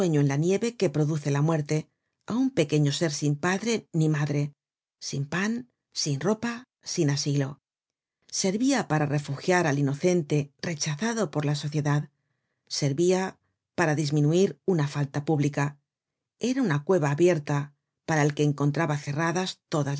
en la nieve que produce la muerte a un pequeño ser sin padre ni madre sin pan sin ropa sin asilo servia para refugiar al inocente rechazado por la sociedad servia para disminuir una falta pública era una cueva abierta para el que encontraba cerradas todas